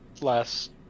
last